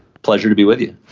pleasure to be with you.